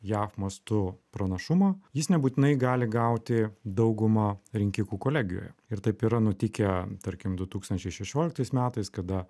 jav mastu pranašumą jis nebūtinai gali gauti daugumą rinkikų kolegijoje ir taip yra nutikę tarkim du tūkstančiai šešioliktais metais kada